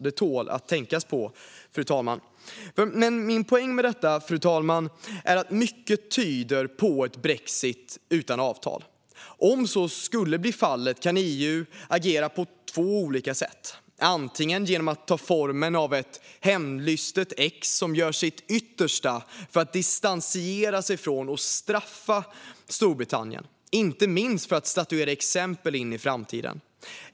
Det tål att tänkas på. Fru talman! Min poäng med detta är att mycket tyder på ett brexit utan avtal. Om så skulle bli fallet kan EU agera på två olika sätt. Det kan antingen ta formen av ett hämndlystet ex som gör sitt yttersta för att distansera sig från och straffa Storbritannien, inte minst för att statuera exempel inför framtiden.